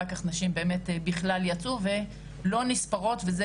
אחר כך נשים באמת יצאו ולא נספרות וזה